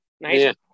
Nice